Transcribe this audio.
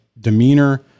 demeanor